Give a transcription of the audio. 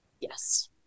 Yes